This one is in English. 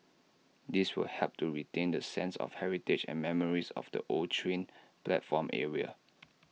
this will help to retain the sense of heritage and memories of the old train platform area